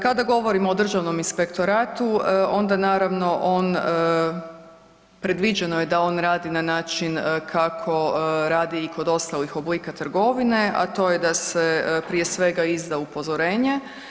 Kada govorimo o državnom inspektoratu onda naravno on, predviđeno je da on radi na način kako radi i kod ostalih oblika trgovine, a to je da se prije svega izda upozorenje.